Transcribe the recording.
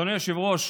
אדוני היושב-ראש,